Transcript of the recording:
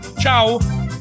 Ciao